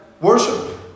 worship